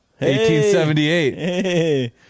1878